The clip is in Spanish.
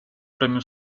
premio